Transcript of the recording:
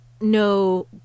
no